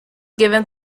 given